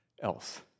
else